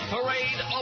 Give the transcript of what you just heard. Parade